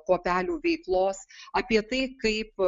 kuopelių veiklos apie tai kaip